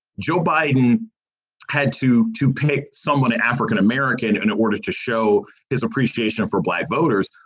joe biden had to to pick someone, an african-american, in order to show his appreciation for black voters.